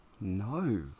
No